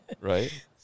Right